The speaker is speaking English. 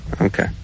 Okay